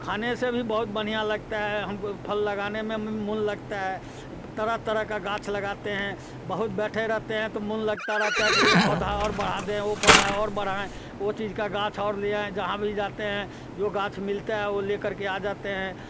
खाने से भी बहुत बढ़िया लगता है हमको फल लगाने में भी मोन लगता है तरह तरह का गाछ लगाते हैं बहुत बैठे रहते हैं तो मोन लगता रहता है कि ये पौधा और बढ़ा दे वो पौधा और बढ़ाएं ये चीज का गाछ और ले आयें जहाँ भी जाते हैं जो गाछ मिलता हैं वो लेकर के आ जाते हैं